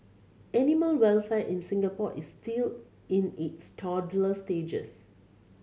animal welfare in Singapore is still in its toddler stages